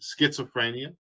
schizophrenia